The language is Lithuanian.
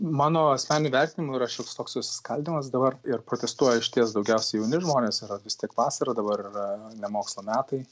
mano asmeniniu vertinimu yra šioks toks susiskaldymas dabar ir protestuoja išties daugiausia jauni žmonės yra vis tik vasara dabar yra ne mokslo metai